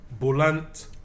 Bulant